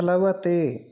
प्लवते